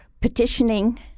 petitioning